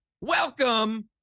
welcome